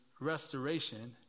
restoration